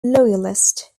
loyalist